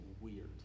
weird